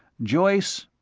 joyce,